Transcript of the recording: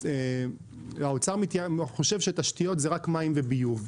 האוצר חושב שתשתיות זה רק מים וביוב.